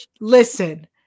Listen